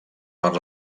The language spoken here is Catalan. per